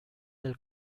del